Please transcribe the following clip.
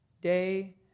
day